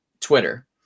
Twitter